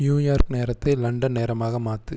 New York நேரத்தை London நேரமாக மாற்று